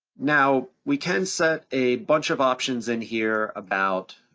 now we can set a bunch of options in here about,